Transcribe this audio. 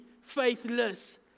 faithless